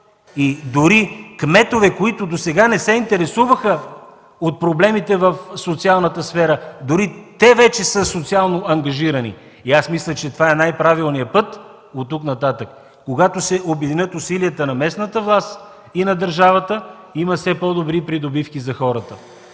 Дори кметове, които досега не се интересуваха от проблемите в социалната сфера, вече са социално ангажирани и мисля, че това е най-правилният път оттук нататък. Когато се обединят усилията на местната власт и на държавата, има все по-подобри придобивки за хората.